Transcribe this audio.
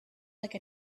like